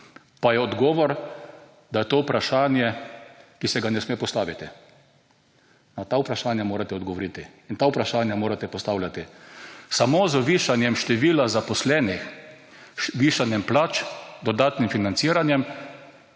Odgovor je, da je to vprašanje, ki se ga ne sme postaviti. Na ta vprašanja morate odgovoriti in ta vprašanja morate postavljati. Samo z višanjem števila zaposlenih, višanjem plač, dodatnim financiranjem